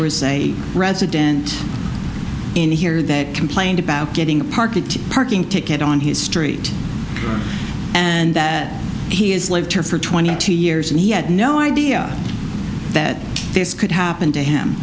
was a resident in here that complained about getting a parking parking ticket on his street and that he has lived here for twenty two years and he had no idea that this could happen to him